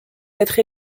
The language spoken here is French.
être